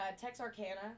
Texarkana